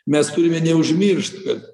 mes turime neužmiršt kad